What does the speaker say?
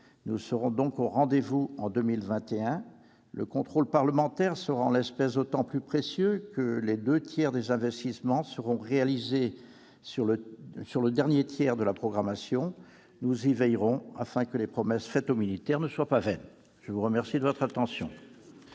Nous serons donc au rendez-vous en 2021. Le contrôle parlementaire sera, en l'espèce, d'autant plus précieux que les deux tiers des investissements seront réalisés sur le dernier tiers de la programmation. Nous y veillerons, afin que les promesses faites aux militaires ne soient pas vaines. Très bien ! La parole est